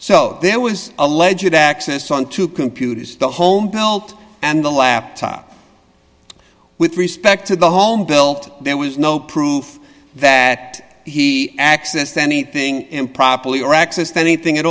so there was a legit access on two computers the home belt and the laptop with respect to the homebuilt there was no proof that he accessed anything improperly or accessed anything at